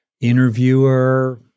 interviewer